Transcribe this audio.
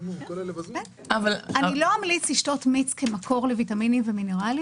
לא אמליץ לשתות מיץ כמקור לוויטמינים ומינרלים